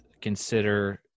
consider